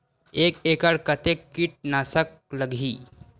एक एकड़ कतेक किट नाशक लगही?